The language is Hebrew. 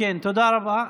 תודה רבה.